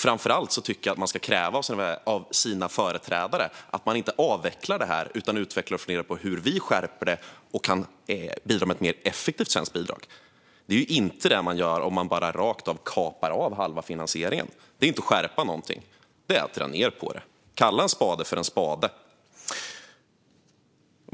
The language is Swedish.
Framför allt tycker jag att man ska kräva av sina företrädare att det här inte avvecklas utan utvecklas och att vi funderar på hur vi kan skärpa det och bidra med ett mer effektivt svenskt bidrag. Det är inte det man gör om man bara kapar av halva finansieringen. Det är inte att skärpa någonting, utan det är att dra ned på det. Kalla en spade för en spade!